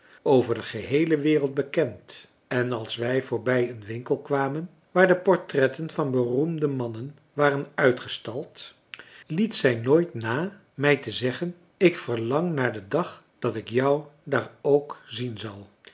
over de geheele wereld bekend en als wij voorbij een winkel kwamen waar de portretten van beroemde mannen waren uitgestald liet zij nooit na mij te zeggen ik verlang naar den dag dat ik jou daar ook zien zal